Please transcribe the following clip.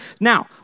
Now